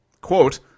Quote